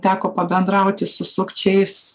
teko pabendrauti su sukčiais